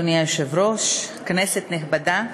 אדוני היושב-ראש, כנסת נכבדה,